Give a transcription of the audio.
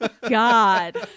God